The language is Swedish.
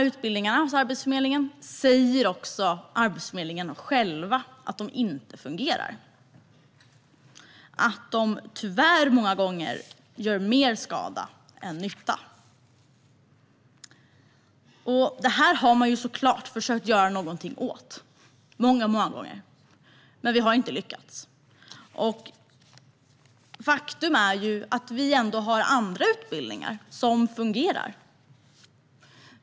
Även Arbetsförmedlingen själv säger att dess utbildningar inte fungerar och att de, tyvärr, många gånger gör mer skada än nytta. Detta har man såklart många gånger försökt att göra någonting åt, men man har inte lyckats. Faktum är att det finns andra utbildningar som fungerar.